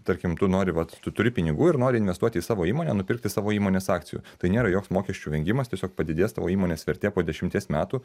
tarkim tu nori vat tu turi pinigų ir nori investuoti į savo įmonę nupirkti savo įmonės akcijų tai nėra joks mokesčių vengimas tiesiog padidės tavo įmonės vertė po dešimties metų